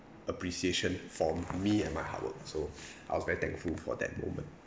appreciation for me and my hard work so I was very thankful for that moment